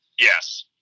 Yes